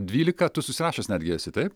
dvylika tu susirašęs netgi esi taip